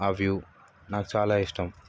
ఆ వ్యూ నాకు చాలా ఇస్టం